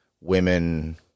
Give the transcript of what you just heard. women